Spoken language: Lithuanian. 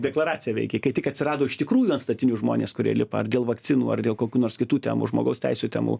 deklaracija veikė kai tik atsirado iš tikrųjų ant statinių žmonės kurie lipa ar dėl vakcinų ar dėl kokių nors kitų temų žmogaus teisių temų